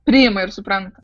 priima ir supranta